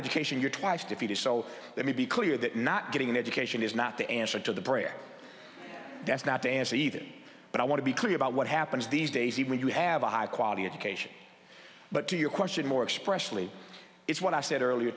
education you're twice defeated so let me be clear that not getting an education is not the answer to the prayer that's not the answer either but i want to be clear about what happens these days when you have a high quality education but to your question more expression is what i said earlier